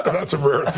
that's a rare